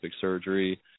surgery